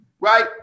right